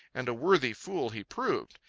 and a worthy fool he proved.